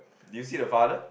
do you see the father